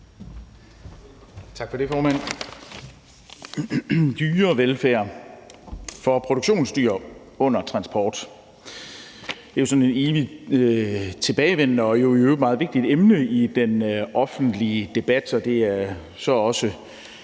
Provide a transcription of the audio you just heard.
Tak for det, formand.